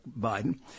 biden